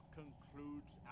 concludes